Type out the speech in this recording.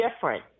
different